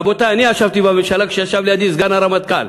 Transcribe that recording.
רבותי, אני ישבתי בממשלה כשישב לידי סגן הרמטכ"ל